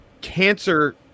cancer